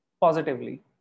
positively